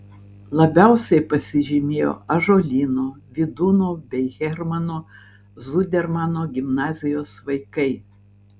labiausiai pasižymėjo ąžuolyno vydūno bei hermano zudermano gimnazijos vaikai